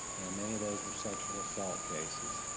and many of those were sexual assault cases.